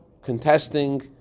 contesting